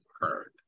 heard